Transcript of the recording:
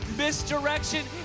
misdirection